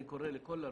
אני קורא לכל הרשתות,